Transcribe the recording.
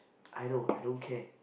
I know I don't care